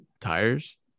tires